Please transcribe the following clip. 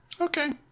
Okay